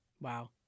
Wow